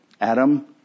Adam